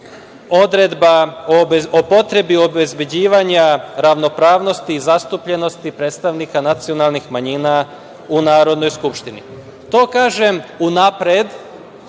odredba o potrebi obezbeđivanja ravnopravnosti i zastupljenosti predstavnika nacionalnih manjina u Narodnoj skupštini. To kažem unapred,